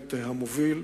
צומת המוביל,